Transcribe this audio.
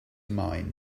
mind